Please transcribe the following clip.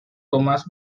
tomás